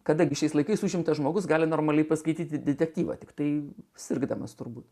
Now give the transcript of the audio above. kadangi šiais laikais užimtas žmogus gali normaliai paskaityti detektyvą tiktai sirgdamas turbūt